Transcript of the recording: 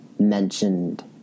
mentioned